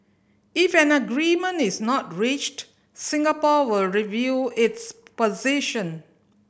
if an agreement is not reached Singapore will review its position